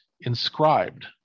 inscribed